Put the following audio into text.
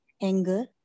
Anger